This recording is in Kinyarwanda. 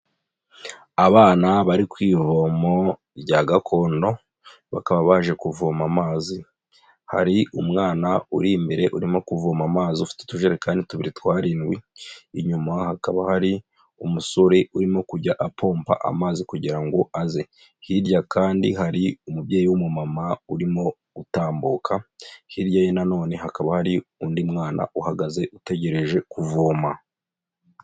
Abana bari ku ivomo rya gakondo bakaba baje kuvoma amazi. Hari umwana uri imbere urimo kuvoma amazi ufite utujerekani tubiri tw'arindwi, inyuma hakaba hari umusore urimo kujya apomba amazi kugira ngo aze. Hirya kandi hari umubyeyi w'umumama urimo gutambuka, hirya ye nanone hakaba hari undi mwana uhagaze utegereje kuvoma.